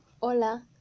hola